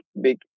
big